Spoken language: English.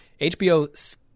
HBO